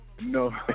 No